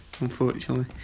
unfortunately